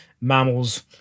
mammals